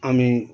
আমি